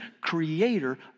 creator